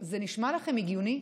זה נשמע לכם הגיוני?